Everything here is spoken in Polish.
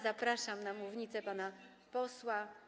Zapraszam na mównicę pana posła.